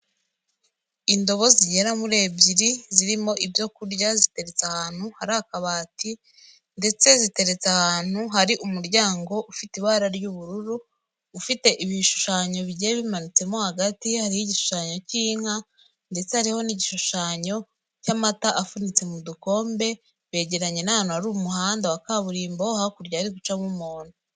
Indobo zigera muri ebyiri zirimo ibyo kurya, ziteretse ahantu hari akabati ndetse ziteretse ahantu hari umuryango ufite ibara ry'ubururu, ufite ibishushanyo bigiye bimanitsemo hagati, hariho igishushanyo cy'inka ndetse hariho n'igishushanyo cy'amata afunitse mu dukombe, begeranye n'ahantu hari umuhanda wa kaburimbo, hakurya hari gucamo umuntu.